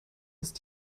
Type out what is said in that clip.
ist